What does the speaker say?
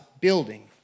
building